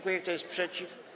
Kto jest przeciw?